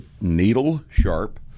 needle-sharp